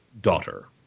daughter